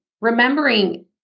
remembering